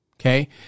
Okay